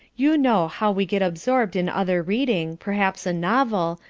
you know how we get absorbed in other reading, perhaps a novel,